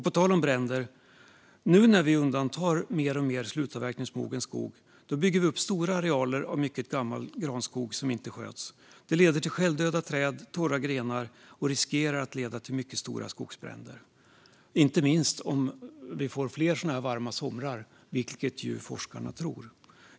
På tal om bränder: Nu när vi undantar mer och mer slutavverkningsmogen skog, bygger vi upp stora arealer mycket gammal granskog som inte sköts. Det leder till självdöda träd och torra grenar som riskerar att leda till mycket stora skogsbränder, inte minst om vi får fler varma somrar - vilket ju forskarna tror.